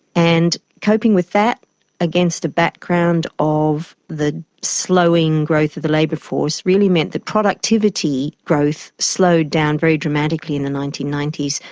and coping with that against a background of the slowing growth of the labour force really meant the productivity growth slowed down very dramatically in the nineteen ninety s.